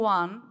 one